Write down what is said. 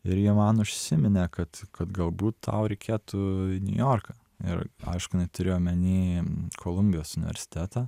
ir ji man užsiminė kad kad galbūt tau reikėtų į niujorką ir aišku jinai turėjo omeny kolumbijos universitetą